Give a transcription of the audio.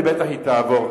היא בטח תעבור,